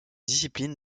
discipline